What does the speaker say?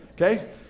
okay